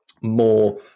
more